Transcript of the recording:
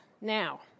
Now